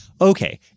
okay